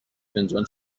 فنجان